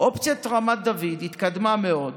אופציות רמת דוד התקדמה מאוד.